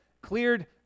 cleared